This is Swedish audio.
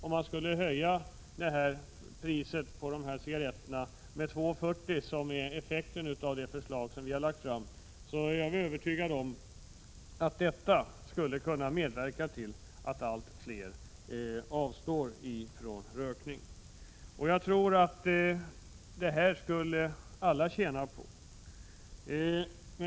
Om däremot priset höjs med 2:40 kr., vilket blir effekten av det förslag som vi har framlagt, är jag övertygad om att det medverkar till att många fler avstår från att röka. Det skulle alla tjäna på.